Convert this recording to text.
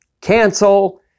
cancel